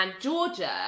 Georgia